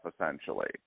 essentially